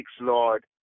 Lord